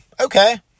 Okay